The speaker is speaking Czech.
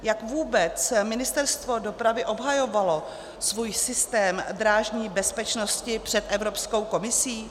Jak vůbec Ministerstvo dopravy obhajovalo svůj systém drážní bezpečnosti před Evropskou komisí?